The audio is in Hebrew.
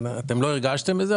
אמנם אתם לא הרגשתם את זה,